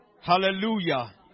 Hallelujah